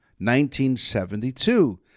1972